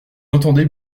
entendait